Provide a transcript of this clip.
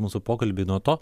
mūsų pokalbį nuo to